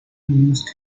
used